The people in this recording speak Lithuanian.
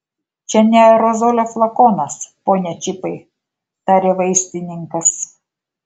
čia ne aerozolio flakonas pone čipai tarė vaistininkas